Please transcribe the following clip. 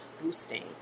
boosting